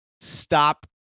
stop